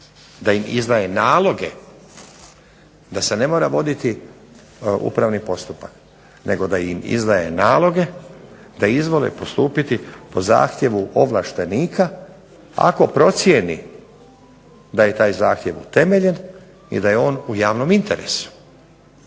da im izdaje naloge da se ne mora voditi upravni postupak nego da im izdaje naloge da izvole postupiti po zahtjevu ovlaštenika ako procijeni da je taj zahtjev utemeljen i da je on u javnom interesu.